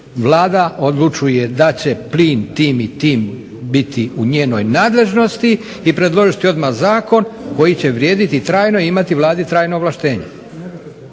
Vlada odlučuje da će plin tim i tim biti u njenoj nadležnosti i predložiti odmah zakon koji će vrijediti trajno i imati Vladi trajno ovlaštenje.